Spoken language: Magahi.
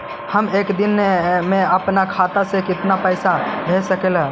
हम एक दिन में अपन खाता से कितना पैसा भेज सक हिय?